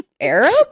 Arab